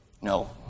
No